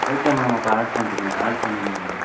okay ma'am அப்போ add பண்ணிட்டிகிங்க add பண்ணிக்கிங்க மேம்